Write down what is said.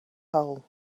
hole